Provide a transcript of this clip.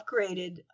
upgraded